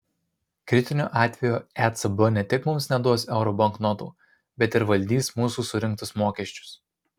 kritiniu atveju ecb ne tik mums neduos euro banknotų bet ir valdys mūsų surinktus mokesčius